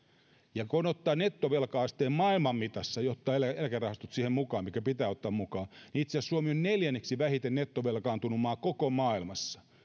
ja kun ottaa nettovelka asteen maailmanmitassa ja ottaa eläkerahastot siihen mukaan mitkä pitää ottaa mukaan niin itse asiassa suomi on neljänneksi vähiten nettovelkaantunut maa koko maailmassa